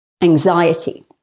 anxiety